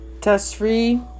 test-free